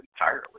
entirely